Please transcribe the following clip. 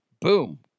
Boom